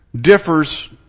differs